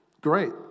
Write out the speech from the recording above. great